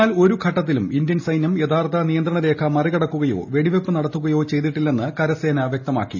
എന്നാൽ ഒരു ഘട്ടത്തിലും ഇന്ത്യൻ സൈന്യം യഥാർത്ഥ നിയന്ത്രണരേഖ മറികടക്കുകയോ വെടിവയ്പ്പ് നടത്തുകയോ ചെയ്തിട്ടില്ലെന്ന് കരസേന വ്യക്തമാക്കി